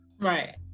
Right